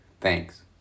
Thanks